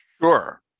Sure